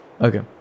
okay